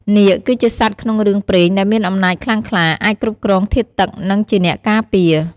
នាគ គឺជាសត្វក្នុងរឿងព្រេងដែលមានអំណាចខ្លាំងក្លា អាចគ្រប់គ្រងធាតុទឹក និងជាអ្នកការពារ។